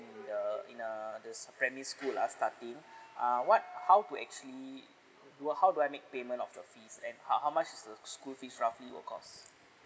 in the in a the s~ primary school are starting ah what how could actually what how do I make payment of the fees and how how much is the school fees roughly will cost